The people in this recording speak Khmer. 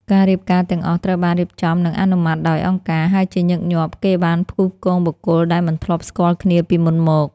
ការរៀបការទាំងអស់ត្រូវបានរៀបចំនិងអនុម័តដោយអង្គការ ហើយជាញឹកញាប់គេបានផ្គូផ្គងបុគ្គលដែលមិនធ្លាប់ស្គាល់គ្នាពីមុនមក។